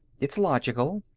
it's logical.